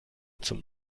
zum